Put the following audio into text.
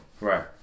Right